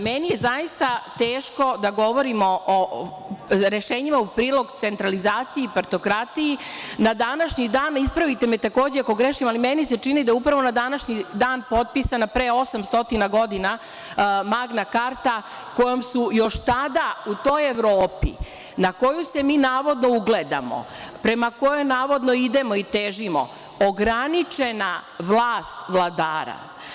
Meni je zaista teško da govorimo o rešenjima u prilog centralizaciji i partokratiji, na današnji dan, ispravite me takođe ako grešim, ali meni se čini da je upravo na današnji dan potpisana pre 800 godina Magna Karta, kojom su još tada, u toj Evropi na koju se mi navodno ugledamo, prema kojoj navodno idemo i težimo, ograničena vlast vladara.